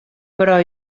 però